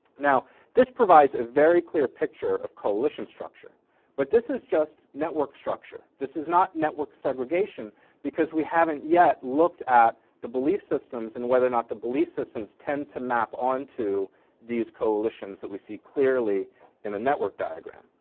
now this provides a very clear picture of coalition structure but this is just network structure. this is not network segregation because we haven't yet looked at the belief systems in whether or not the belief systems tend to map on to these coalitions that we see clearly in the network diagram.